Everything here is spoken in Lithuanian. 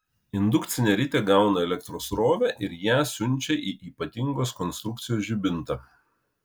indukcinė ritė gauna elektros srovę ir ją siunčia į ypatingos konstrukcijos žibintą